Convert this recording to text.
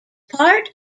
part